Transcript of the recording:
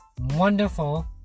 wonderful